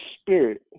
spirit